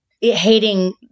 hating